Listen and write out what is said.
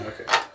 Okay